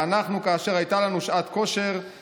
ואנחנו כאשר הייתה לנו שעת כושר,